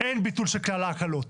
אין ביטול של כלל ההקלות.